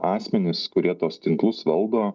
asmenis kurie tuos tinklus valdo